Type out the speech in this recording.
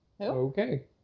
Okay